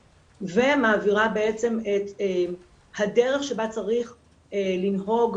ומעבירה בעצם את הדרך שבה צריך לנהוג,